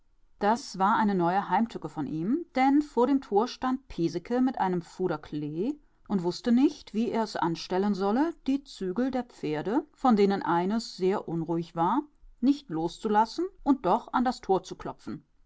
das war eine neue heimtücke von ihm denn vor dem tor stand piesecke mit einem fuder klee und wußte nicht wie er es anstellen solle die zügel der pferde von denen eines sehr unruhig war nicht loszulassen und doch an das tor zu klopfen